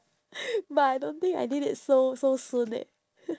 but I don't think I need it so so soon eh